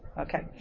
okay